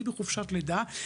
היא בחופשת לידה,